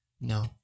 No